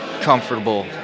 comfortable